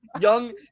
Young